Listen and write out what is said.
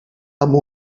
amb